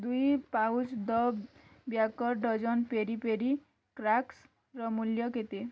ଦୁଇ pouch the baker dozen peri peri କ୍ରାକ୍ସର ମୂଲ୍ୟ କେତେ